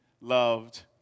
loved